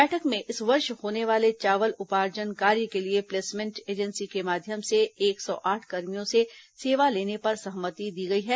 बैठक में इस वर्ष होने वाले चावल उपार्जन कार्य के लिए प्लेसमेंट एजेंसी के माध्यम से एक सौ आठ कर्मियों से सेवाएं लेने पर सहमति दी गई है